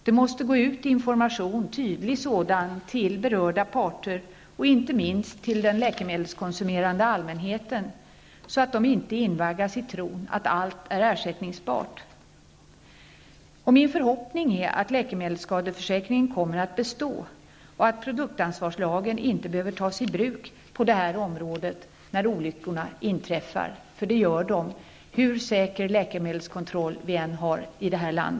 Det måste gå ut en tydlig information till berörda parter, inte minst till den läkemedelskonsumerade allmänheten så att den inte invaggas i tron att allt är ersättningsbart. Min förhoppning är att läkemedelsskadeförsäkringen kommer att bestå och att produktansvarslagen inte behöver tas i bruk på detta område när olyckor inträffar -- för det gör de, hur säker läkemedelskontroll vi än har i detta land.